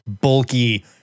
bulky